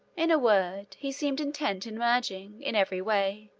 in a word, he seemed intent in merging, in every way,